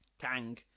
Kang